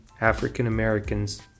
African-Americans